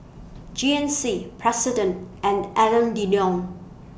G N C President and Alain Delon